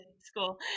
school